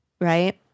Right